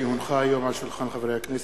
כי הונחו היום על שולחן הכנסת,